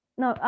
no